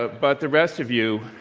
but but the rest of you,